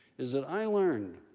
is that i learned